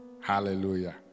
Hallelujah